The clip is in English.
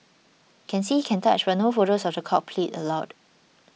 can see can touch but no photos of the cockpit allowed